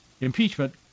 impeachment